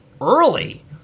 early